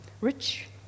rich